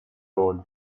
road